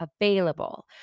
available